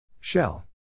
Shell